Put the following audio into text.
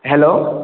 hello